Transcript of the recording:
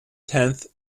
tenth